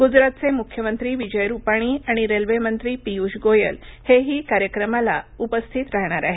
गुजरातचे मुख्यमंत्री विजय रुपाणी आणि रेल्वेमंत्री पीयूष गोयल हेही कार्यक्रमाला उपस्थित राहणार आहेत